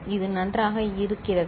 இது நன்றாக இருக்கிறதா